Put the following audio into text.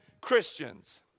Christians